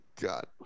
God